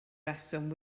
reswm